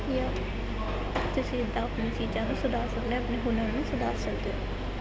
ਜਾਂ ਤੁਸੀਂ ਇੱਦਾਂ ਆਪਣੀਆਂ ਚੀਜ਼ਾਂ ਨੂੰ ਸੁਧਾਰ ਸਕਦੇ ਹੋ ਆਪਣੇ ਹੁਨਰ ਨੂੰ ਸੁਧਾਰ ਸਕਦੇ ਹੋ